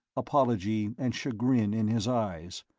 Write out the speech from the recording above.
apology and chagrin in his eyes.